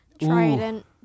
Trident